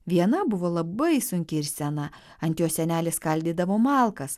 viena buvo labai sunki ir sena ant jos senelė skaldydavo malkas